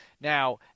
Now